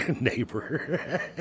Neighbor